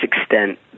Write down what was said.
extent